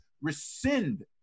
rescind